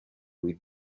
with